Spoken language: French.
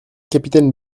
capitaine